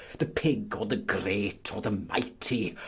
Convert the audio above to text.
the pig, or the great, or the mighty,